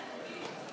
הוועדה,